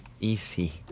Easy